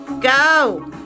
go